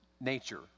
nature